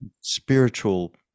spiritual